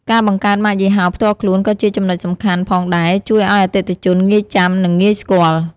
ការបង្កើតម៉ាកយីហោផ្ទាល់ខ្លួនក៏ជាចំណុចសំខាន់ផងដែរជួយឲ្យអតិថិជនងាយចាំ និងងាយស្គាល់។